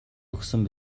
өгсөн